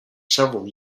several